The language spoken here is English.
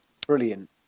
brilliant